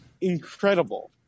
incredible